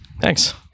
Thanks